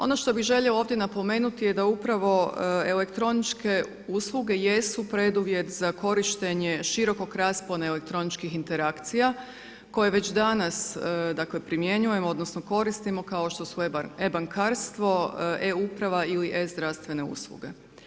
Ono što bi željela ovdje napomenuti je da upravo elektroničke usluge jesu preduvjet za korištenje širokog raspona elektroničkih interakcija koje već danas dakle primjenjujemo odnosno koristimo kao šti su e-bankarstvo, e-uprava ili e-zdravstvene usluge.